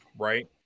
Right